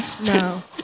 No